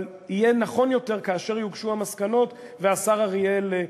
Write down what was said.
אבל יהיה נכון יותר כאשר יוגשו המסקנות והשר אריאל,